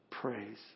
praise